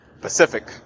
pacific